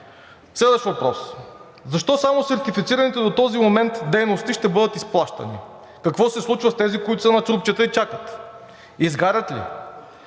Следващ въпрос: защо само сертифицираните до този момент дейности ще бъдат изплащани? Какво се случва с тези, които са на трупчета и чакат? Изгарят ли?